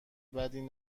بدی